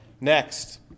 Next